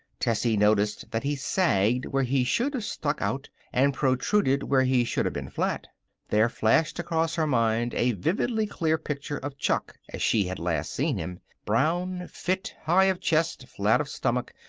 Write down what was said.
tessie noticed that he sagged where he should have stuck out, and protruded where he should have been flat there flashed across her mind a vividly clear picture of chuck as she had last seen him brown, fit, high of chest, flat of stomach,